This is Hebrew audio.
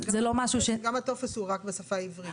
זה לא משהו ש -- גם הטופס הוא רק בשפה העברית.